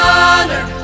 honor